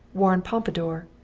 worn pompadour,